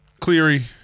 Cleary